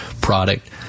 product